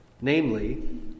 Namely